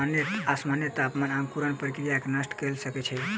असामन्य तापमान अंकुरण प्रक्रिया के नष्ट कय सकै छै